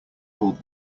called